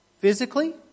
physically